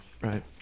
right